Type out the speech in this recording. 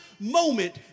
moment